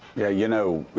yeah you know,